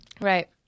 Right